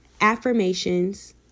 Affirmations